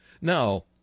Now